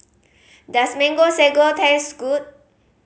does Mango Sago taste good